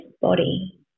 body